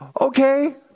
Okay